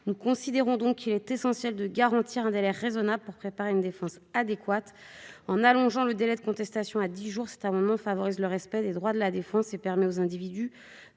Nous considérons donc qu'il est essentiel de garantir un délai raisonnable pour préparer une défense adéquate. En allongeant le délai de contestation à dix jours, cet amendement tend à favoriser le respect des droits de la défense. Nous proposons